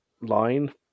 line